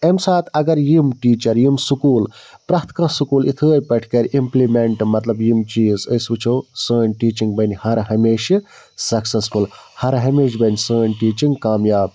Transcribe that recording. اَمہِ ساتہٕ اَگر یِم ٹیٖچَر یِم سکوٗل پرٛتھ کانٛہہ سکوٗل یِتھٕے پٲٹھۍ کَرِ اِمپلِمٮ۪نٹہٕ مطلب یِم چیٖز أسۍ وُچھو سٲنۍ ٹیٖچِنٛگ بَنہِ ہَر ہمیشہِ سَکسیٚسفُل ہَر ہمیشہِ بَنہِ سٲنۍ ٹیٖچِنٛگ کامیاب